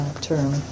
term